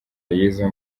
y’izo